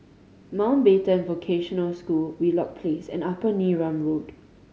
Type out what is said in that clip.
Mountbatten Vocational School Wheelock Place and Upper Neram Road